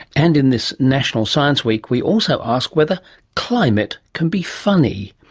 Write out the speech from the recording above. and in this national science week we also ask whether climate can be funny.